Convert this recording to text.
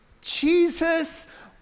Jesus